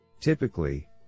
Typically